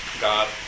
God